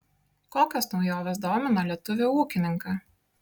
kokios naujovės domina lietuvį ūkininką